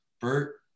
Bert